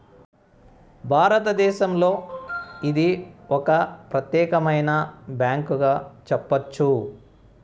భారతదేశంలో ఇది ఒక ప్రత్యేకమైన బ్యాంకుగా చెప్పొచ్చు